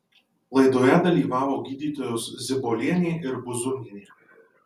laidoje dalyvavo gydytojos zibolienė ir buzūnienė